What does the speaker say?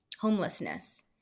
homelessness